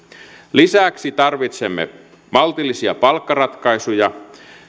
lisäksi tarvitsemme maltillisia palkkaratkaisuja